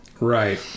Right